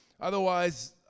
Otherwise